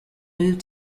moved